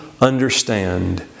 understand